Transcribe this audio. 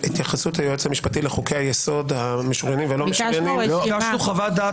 התייחסות היועץ המשפטי לחוקי היסוד --- ביקשנו רשימה.